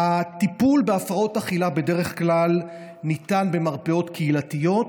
הטיפול בהפרעות אכילה בדרך כלל ניתן במרפאות קהילתיות